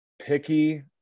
picky